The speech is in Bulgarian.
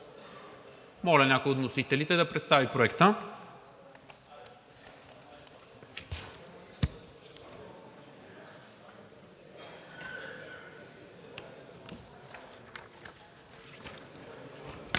Моля някой от вносителите да представи Проекта.